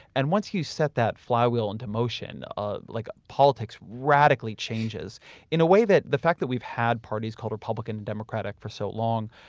and once you set that flywheel into motion, ah like politics radically changes in a way that the fact that we've had parties called republican, and democratic for so long,